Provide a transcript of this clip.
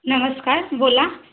नमस्कार बोला